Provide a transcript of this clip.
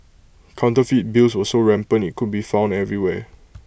counterfeit bills were so rampant IT could be found everywhere